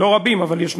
לא רבים אבל יש,